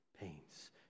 pains